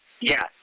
yes